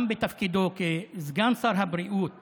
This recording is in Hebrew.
גם בתפקידו כסגן שר הבריאות